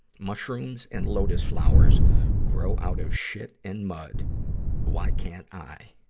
mushrooms and lotus flowers grow out of shit and mud why can't i?